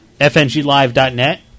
FNGlive.net